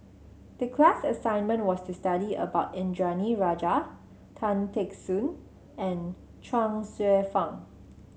the class assignment was to study about Indranee Rajah Tan Teck Soon and Chuang Hsueh Fang